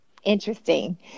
Interesting